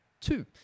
Two